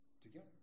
together